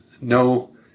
no